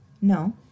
no